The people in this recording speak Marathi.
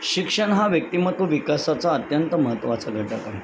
शिक्षण हा व्यक्तिमत्व विकासाचा अत्यंत महत्त्वाचा घटक आहे